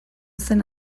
zen